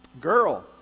girl